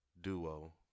duo